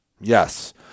Yes